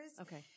Okay